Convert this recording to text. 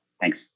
Thanks